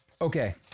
Okay